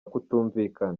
kutumvikana